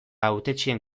hautetsien